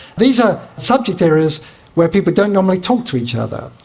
these are subject areas where people don't normally talk to each other.